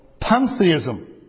pantheism